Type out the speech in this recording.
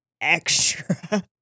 extra